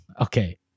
Okay